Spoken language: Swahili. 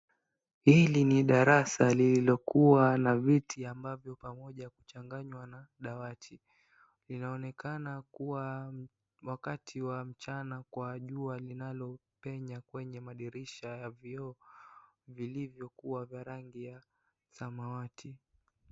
Hili na darasa lililokuwa na viti ambavyo pamoja kuchanganywa na dawati. Inaonekana kuwa ni wakati wa mchana kwa jua linalopenya kwenye madirisha ya vioo, vilivyo kuwa vya rangi ya samawati.